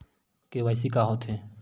KYC का होथे?